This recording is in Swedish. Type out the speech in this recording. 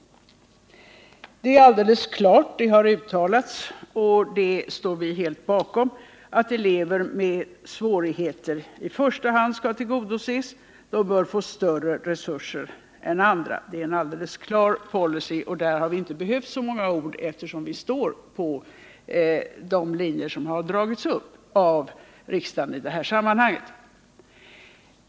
Det är alldeles klart — det har uttalats och det står vi helt bakom -— att elever med svårigheter i första hand skall tillgodoses. De bör få större resurser än andra, det är en helt klar policy. Vi har inte behövt så många ord eftersom vi går efter de linjer som dragits upp av riksdagen i detta sammanhang.